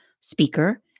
speaker